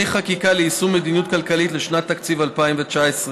חקיקה ליישום המדיניות הכלכלית לשנת התקציב 2019),